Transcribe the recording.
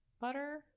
butter